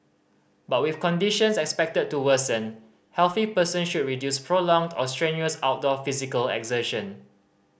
but with conditions expected to worsen healthy person should reduce prolonged or strenuous outdoor physical exertion